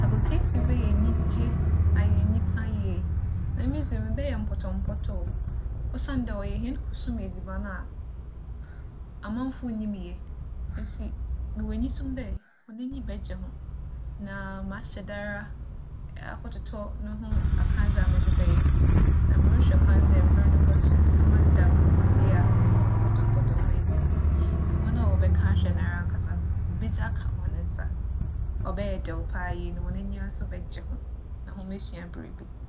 Agokansi yi bɛyɛ enyigye ayɛ enyika yie. Emi dze mebɛyɛ mpotͻmpotͻ oo, osiandɛ ͻyɛ hɛn kusum edziban a amamfo nnyim yɛ ntsi mowͻ enyisom dɛ hͻn enyi bɛgye ho. Na mahyɛ da ara akͻtotͻ no ho akadze a medze bɛyɛ na morohwɛ kwan dɛ mber no bͻso na mada me nyimdzee a mowͻ wͻ mpotͻmpotͻ ho edzi. Na hͻn a wͻbɛka ahwɛ narankasa no, wobedzi akaw hͻn nsa. ͻbɛyɛ dɛw paa yie na hͻn enyiwa so bɛgye ho, na hom esua biribi.